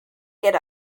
get